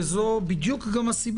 וזו גם הסיבה,